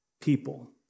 people